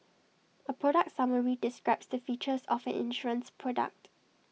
A product summary describes the features of an insurance product